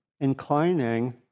inclining